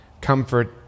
comfort